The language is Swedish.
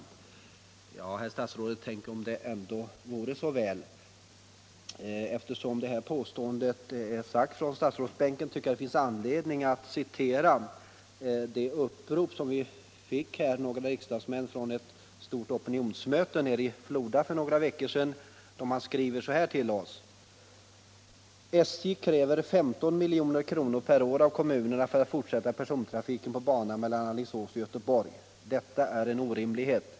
Tänk, herr statsråd, om det ändå vore så väl! Då detta påstående har framförts från statsrådsbänken tycker jag det finns anledning att citera ett upprop som några av oss riksdagsmän fick från ett stort opinionsmöte nere i Floda för några veckor sedan. Man skriver så här till oss: ”SJ kräver 15 miljoner kronor per år av kommunerna för att fortsätta persontrafiken på banan mellan Alingsås och Göteborg. Det är en orimlighet.